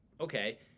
okay